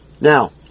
Now